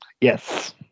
Yes